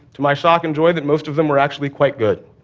to my shock and joy, that most of them were actually quite good.